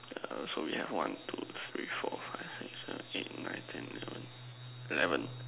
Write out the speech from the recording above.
uh so we have one two three four five six seven eight nine ten eleven eleven